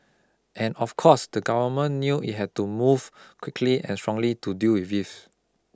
and of course the government knew it had to move quickly and strongly to deal with this